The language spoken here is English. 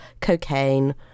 cocaine